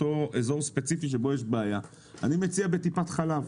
אזור ספציפי שבו יש בעיה אני מציע בטיפת חלב,